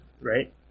right